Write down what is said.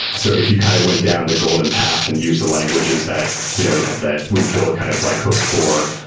so if you kind of went down the golden path and use the languages that you know that we build kind of like hooks for,